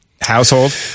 household